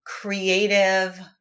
creative